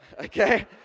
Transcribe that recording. okay